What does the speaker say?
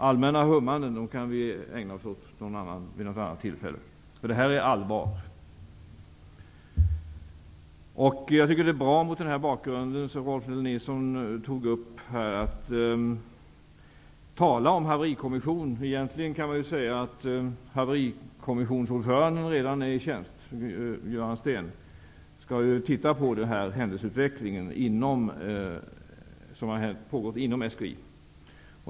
Allmänna hummanden kan vi ägna oss åt vid något annat tillfälle, för det här är allvar. Mot den här bakgrunden tycker jag att det är bra att Rolf L Nilson har talat om en haverikommission. Egentligen kan man säga att haverikommissionsordföranden redan är i tjänst. Göran Steen skall ju titta på händelseutvecklingen inom SKI.